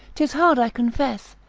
tis hard i confess,